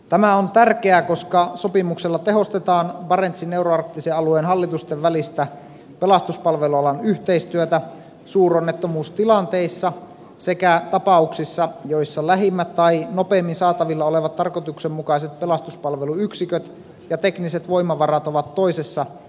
tämä on tärkeää koska sopimuksella tehostetaan barentsin euroarktisen alueen hallitusten välistä pelastuspalvelualan yhteistyötä suuronnettomuustilanteissa sekä tapauksissa joissa lähimmät tai nopeimmin saatavilla olevat tarkoituksenmukaiset pelastuspalveluyksiköt ja tekniset voimavarat ovat toisessa sopimusvaltiossa